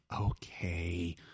okay